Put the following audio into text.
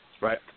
right